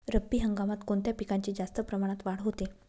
रब्बी हंगामात कोणत्या पिकांची जास्त प्रमाणात वाढ होते?